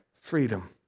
Freedom